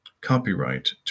copyright